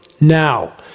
now